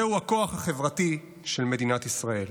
זהו הכוח החברתי של מדינת ישראל.